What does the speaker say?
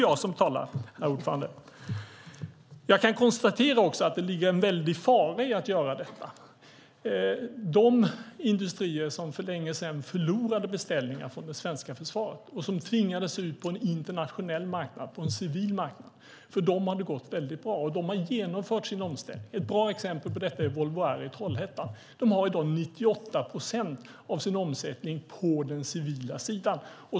Jag kan också konstatera att det ligger en väldig fara i att göra detta. De industrier som för länge sedan förlorade beställningar från det svenska försvaret tvingades ut på en internationell marknad, på en civil marknad. För dem har det gått väldigt bra. De har genomfört sin omställning. Ett bra exempel på detta är Volvo Air i Trollhättan. De har i dag 98 procent av sin omsättning på den civila sidan.